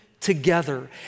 together